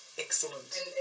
Excellent